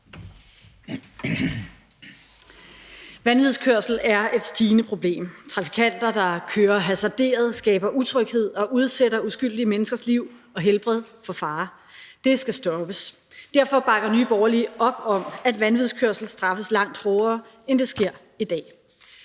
Vanvidskørsel er et stigende problem. Trafikanter, der kører hasarderet, skaber utryghed og udsætter uskyldige menneskers liv og helbred for fare. Det skal stoppes. Derfor bakker Nye Borgerlige op om, at vanvidskørsel straffes langt hårdere, end det sker i dag.